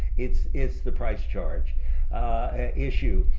it's it's the price charged at issue.